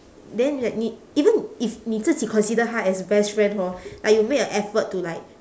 then like 你 even if 你自己 consider 她 as best friend hor like you make a effort to like